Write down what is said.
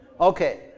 Okay